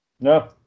No